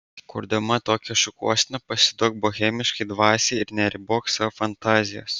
kurdama tokią šukuoseną pasiduok bohemiškai dvasiai ir neribok savo fantazijos